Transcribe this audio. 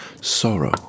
sorrow